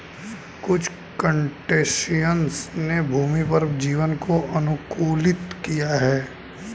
कुछ क्रस्टेशियंस ने भूमि पर जीवन को अनुकूलित किया है